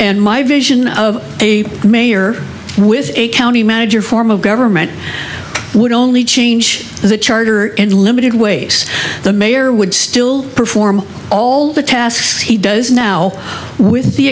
and my vision of a mayor with a county manager form of government would only change the charter in limited ways the mayor would still perform all the tasks he does now with the